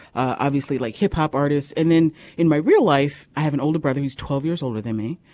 obviously like hip hop artists and then in my real life i have an older brother who's twelve years older than me.